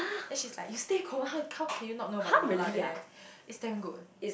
then she's like you stay Kovan how how can you not know about the mala there it's damn good